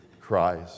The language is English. Christ